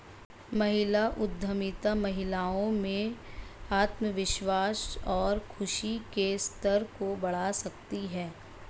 महिला उद्यमिता महिलाओं में आत्मविश्वास और खुशी के स्तर को बढ़ा सकती है